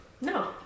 No